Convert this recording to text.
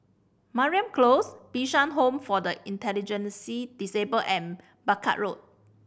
Mariam Close Bishan Home for the Disabled and Barker Road